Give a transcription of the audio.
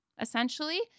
essentially